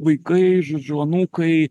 vaikai žodžiu anūkai